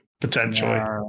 potentially